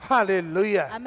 Hallelujah